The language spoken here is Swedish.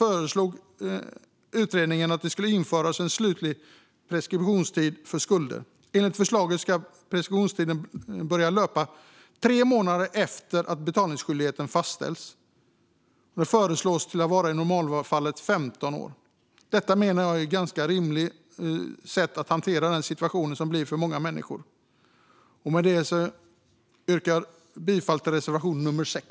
föreslog utredningen att det införs en slutlig preskriptionstid för skulder. Enligt förslaget ska preskriptionstiden börja löpa tre månader efter att betalningsskyldigheten fastställts och föreslås i normalfallet vara 15 år. Detta menar jag är ett ganska rimligt sätt att hantera den situationen för många människor. Med det yrkar jag bifall till reservation nummer 6.